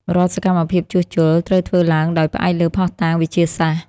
រាល់សកម្មភាពជួសជុល ត្រូវធ្វើឡើងដោយផ្អែកលើភស្តុតាងវិទ្យាសាស្ត្រ។